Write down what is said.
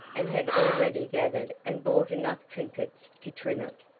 and had already gathered and bought enough trinkets to trim it.